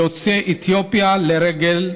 ליוצאי אתיופיה לרגל